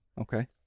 Okay